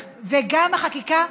וגם החקיקה,